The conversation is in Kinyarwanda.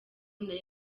nari